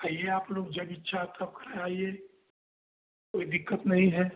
आइए आप लोग जब इच्छा है तब ख आइए कोई दिक़्क़त नहीं है